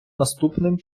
наступним